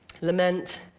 Lament